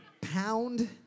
Pound